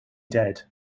dead